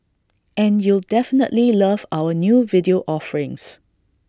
and you'll definitely love our new video offerings